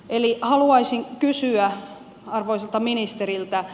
eli haluaisin kysyä arvoisalta ministeriltä